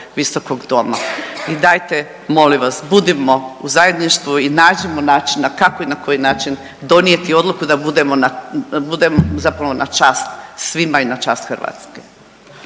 Visokog doma. I dajte molim vas budimo u zajedništvu i nađimo načina kako i na koji način donijeti odluku da budemo zapravo na čast svima i na čast Hrvatske.